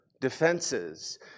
defenses